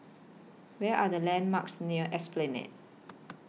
Where Are The landmarks near Esplanade